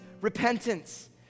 repentance